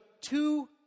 two